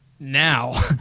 now